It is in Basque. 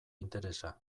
interesa